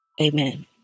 Amen